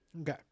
okay